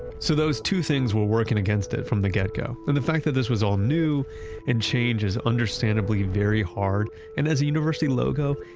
so those two things were working against it from the get-go and the fact that this was all new and changes understandably very hard. and as a university logo,